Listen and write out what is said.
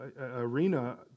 arena